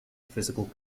physical